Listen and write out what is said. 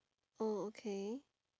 oh okay